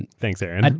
and thanks, erin.